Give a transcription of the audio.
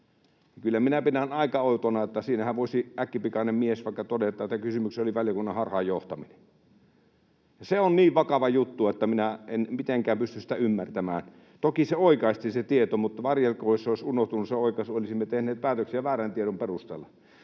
minä pidän tätä aika outona, siinähän voisi äkkipikainen mies vaikka todeta, että kysymyksessä oli valiokunnan harhaanjohtaminen. Se on niin vakava juttu, että minä en mitenkään pysty sitä ymmärtämään. Toki se tieto oikaistiin, mutta varjelkoon, jos se oikaisu olisi unohtunut — olisimme tehneet päätöksiä väärän tiedon perusteella.